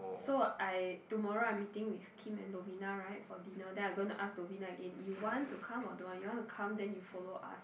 so I tomorrow I'm meeting with Kim and Lovina right for dinner then I gonna ask Lovina again you want to come or don't want you want to come then you follow us